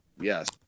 Yes